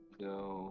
No